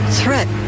threat